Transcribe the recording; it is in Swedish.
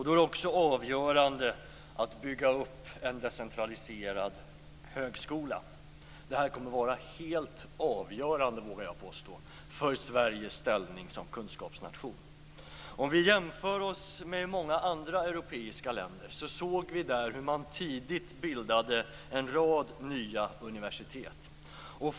Då är det också avgörande att bygga upp en decentraliserad högskola. Detta kommer att vara helt avgörande, vågar jag påstå, för Sveriges ställning som kunskapsnation. Om vi jämför oss med många andra europeiska länder har vi kunnat se att man i dessa länder tidigt bildade en rad nya universitet.